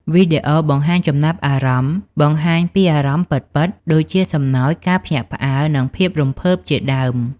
វីដេអូបង្ហាញចំណាប់អារម្មណ៍ បង្ហាញពីអារម្មណ៍ពិតៗ ដូចជាសំណើច ការភ្ញាក់ផ្អើល និងភាពរំភើបជាដើម។